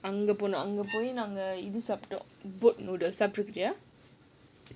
அந்த:andha boat noodle இது சாப்பிட்டோம் சாப்ட்ருக்யா:idhu saappittom saaptrukiyaa